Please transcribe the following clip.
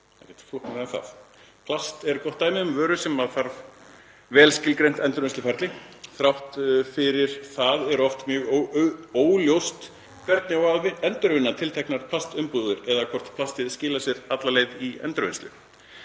Plast er gott dæmi um vöru sem þarf vel skilgreint endurvinnsluferli. Þrátt fyrir það er oft mjög óljóst hvernig á að endurvinna tilteknar plastumbúðir eða hvort plastið skilar sér alla leið í endurvinnslu.